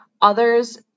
Others